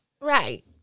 Right